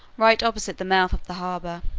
right opposite the mouth of the harbor.